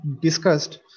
discussed